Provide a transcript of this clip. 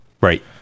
Right